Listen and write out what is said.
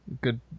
good